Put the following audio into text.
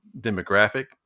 demographic